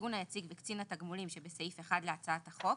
"הארגון היציג" ו"קצין תגמולים" שבסעיף 1 להצעת החוק,